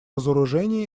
разоружения